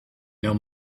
know